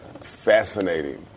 fascinating